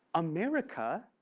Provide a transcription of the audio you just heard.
america.